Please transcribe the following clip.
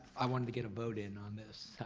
i wanted to get a vote in on this.